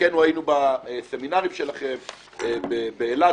חלקנו היינו בסמינרים שלכם באילת,